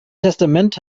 testament